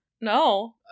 No